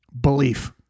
Belief